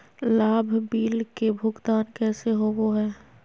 लाभ बिल के भुगतान कैसे होबो हैं?